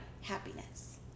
happiness